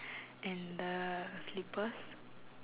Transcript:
and the slippers